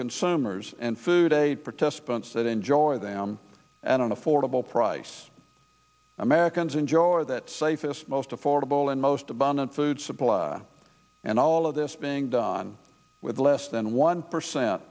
consumers and food aid participants that enjoy them an affordable price americans enjoy that safest most affordable and most abundant food supply and all of this being done with less than one percent